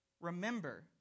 Remember